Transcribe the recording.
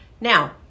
Now